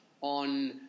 on